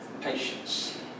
patience